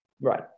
right